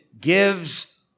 gives